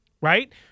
right